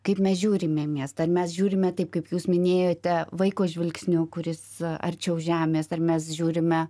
kaip mes žiūrime miestą ar mes žiūrime taip kaip jūs minėjote vaiko žvilgsniu kuris arčiau žemės ar mes žiūrime